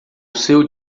seu